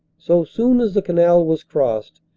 so soon as the canal was crossed,